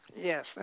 Yes